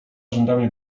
rzędami